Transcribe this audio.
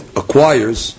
acquires